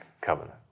Covenant